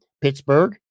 Pittsburgh